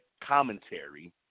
commentary